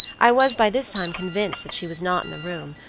i was by this time convinced that she was not in the room,